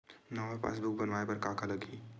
नवा पासबुक बनवाय बर का का लगही?